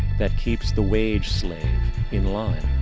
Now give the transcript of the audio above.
that keeps the wage-slave in line,